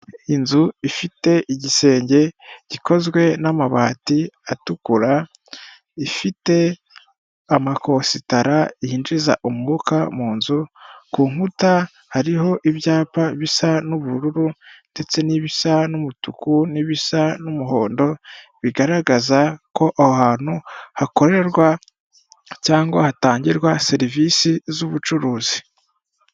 Inzu ifite igisenge gikozwe n'amabati atukura ifite amakositara yinjiza umwuka mu nzu, ku nkuta hariho ibyapa bisa n'ubururu ndetse n'ibisa n'umutuku n'ibisa n'umuhondo bigaragaza ko aho hantu hakorerwa cyangwa hatangirwa serivisi z'ubucuruzi.